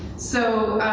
so